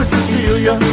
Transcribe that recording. Cecilia